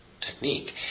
technique